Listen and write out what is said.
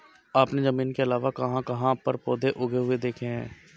आपने जमीन के अलावा कहाँ कहाँ पर पौधे उगे हुए देखे हैं?